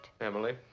Emily